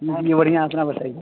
بڑھیاں ہے اپنا بتائیے